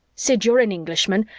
sid, you're an englishman.